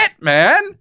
man